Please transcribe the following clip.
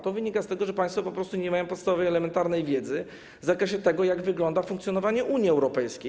To wynika z tego, że państwo po prostu nie mają podstawowej, elementarnej wiedzy w zakresie tego, jak wygląda funkcjonowanie Unii Europejskiej.